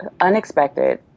unexpected